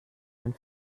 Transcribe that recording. man